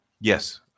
yes